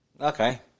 Okay